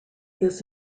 this